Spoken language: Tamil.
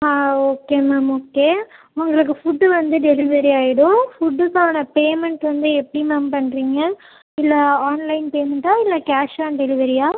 ஆ ஓகே மேம் ஓகே மேம் உங்களுக்கு ஃபுட்டு வந்து டெலிவரி ஆகிடும் ஃபுட்டுக்கான பேமெண்ட் வந்து எப்படி மேம் பண்ணுறிங்க இல்லை ஆன்லைன் பேமெண்ட்டா இல்லை கேஷ் ஆன் டெலிவரியா